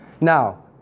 Now